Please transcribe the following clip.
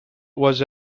was